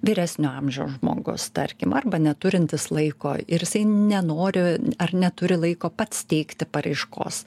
vyresnio amžiaus žmogus tarkim arba neturintis laiko ir jisai nenori ar neturi laiko pats teikti paraiškos